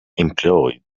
employed